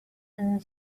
and